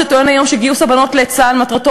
שטוען היום שגיוס הבנות לצה"ל מטרתו